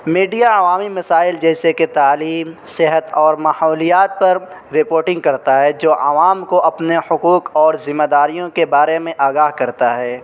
media عوامی مسائل جیسے کہ تعلیم صحت اور ماحولیات پر رپورٹنگ کرتا ہے جو عوام کو اپنے حقوق اور ذمہ داریوں کے بارے میں آگاہ کرتا ہے